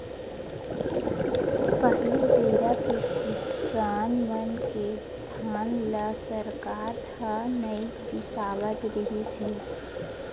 पहली बेरा के किसान मन के धान ल सरकार ह नइ बिसावत रिहिस हे